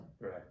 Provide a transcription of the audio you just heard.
Right